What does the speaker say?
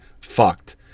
fucked